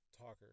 talker